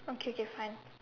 okay fine